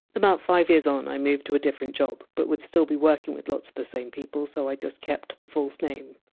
about five years on i moved to a different job but would still be working with lots of the same people, so i just kept the false name.